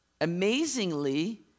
Amazingly